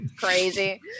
Crazy